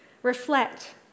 Reflect